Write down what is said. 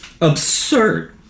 absurd